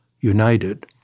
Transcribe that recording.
United